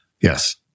Yes